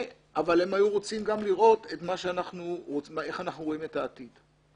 אבל הם היו רוצים גם לראות איך אנחנו רואים את העתיד.